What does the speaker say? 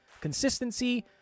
consistency